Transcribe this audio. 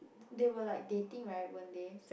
they were like dating right weren't they